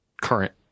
current